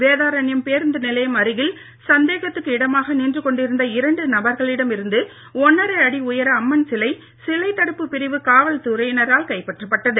வேதாரண்யம் பேருந்து நிலையம் அருகில் சந்தேகத்துக்கு இடமாக நின்று கொண்டிருந்த இரண்டு நபர்களிடம் இருந்து ஒன்றரை அடி உயர அம்மன் சிலை சிலை தடுப்புப் பிரிவு காவல் துறையினரால் கைப்பற்றப்பட்டது